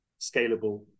scalable